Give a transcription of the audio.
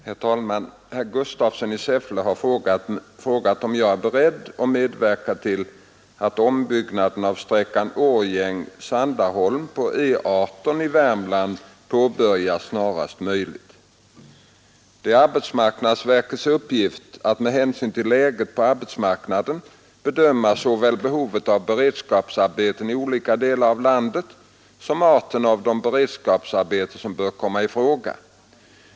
Herr talman! Herr Gustafsson i Säffle har frågat om jag är beredd att medverka till att ombyggnaden av sträckan Årjäng—-Sandaholm på E 18 i Värmland påbörjas snarast möjligt. Det är arbetsmarknadsverkets uppgift att med hänsyn till läget på arbetsmarknaden bedöma såväl behovet av beredskapsarbeten i olika delar av landet som arten av de beredskapsarbeten som bör komma i fråga.